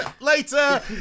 later